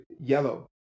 yellow